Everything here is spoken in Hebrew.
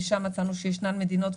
ושם מצאנו שישנן מדינות,